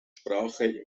sprache